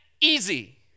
easy